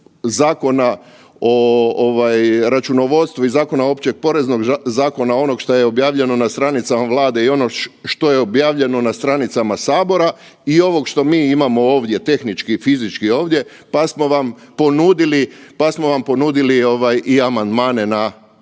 zakona o ovaj računovodstvu i zakona općeg poreznog zakona onog šta je objavljeno na stranicama Vlade i ono što je objavljeno na stranicama sabora i ovog što mi imamo ovdje, tehnički, fizički je ovdje pa smo vam ponudili, pa smo vam